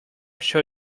show